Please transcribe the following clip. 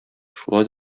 шулай